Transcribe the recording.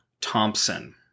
Thompson